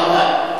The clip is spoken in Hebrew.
תודה רבה.